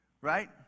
right